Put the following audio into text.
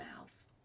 mouths